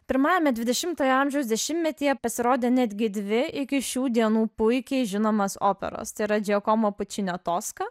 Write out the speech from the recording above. pirmajame dvidešimtojo amžiaus dešimtmetyje pasirodė netgi dvi iki šių dienų puikiai žinomos operos tai yra džiakomo pučinio toska